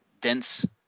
dense